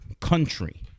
country